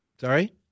Sorry